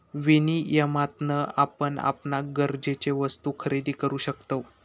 विनियमातना आपण आपणाक गरजेचे वस्तु खरेदी करु शकतव